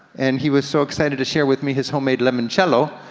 and he was so excited to share with me his homemade limoncello,